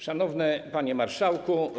Szanowny Panie Marszałku!